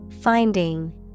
Finding